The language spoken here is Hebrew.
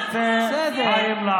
אין תרגום במקום הזה.